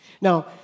Now